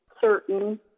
certain